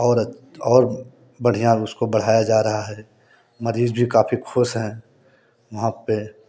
और और बढ़िया उसको बढ़ाया जा रहा है मरीज भी काफ़ी खुश हैं वहाँ पे